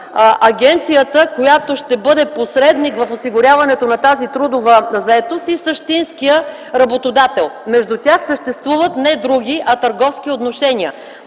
агенцията, която ще бъде посредник в осигуряването на тази трудова заетост, и същинския работодател. Между тях съществуват не други, а търговски отношения.